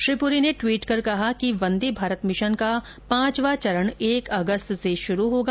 श्री पुरी ने ट्वीट कर कहा कि वंदे भारत मिशन का पांचवां चरण एक अगस्त से शुरू होगा